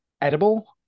edible